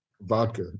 Vodka